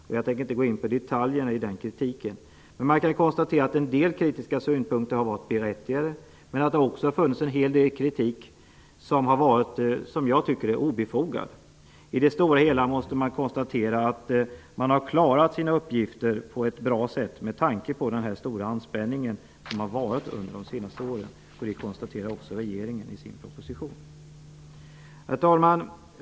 Jag tänker inte gå in på detaljerna i den kritiken, men jag kan konstatera att en del kritiska synpunkter har varit berättigade men att det också har funnits en hel del kritik som har varit obefogad. I det stora hela måste det dock konstateras att man har klarat sina uppgifter på ett bra sätt, med tanke på den stora anspänning som har varit under de senaste åren. Detta konstaterar också regeringen i sin proposition. Herr talman!